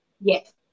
Yes